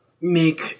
make